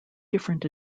different